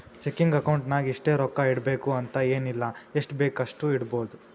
checking account ನಾಗ್ ಇಷ್ಟೇ ರೊಕ್ಕಾ ಇಡಬೇಕು ಅಂತ ಎನ್ ಇಲ್ಲ ಎಷ್ಟಬೇಕ್ ಅಷ್ಟು ಇಡ್ಬೋದ್